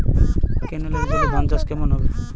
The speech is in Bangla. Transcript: কেনেলের জলে ধানচাষ কেমন হবে?